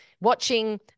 Watching